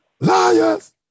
liars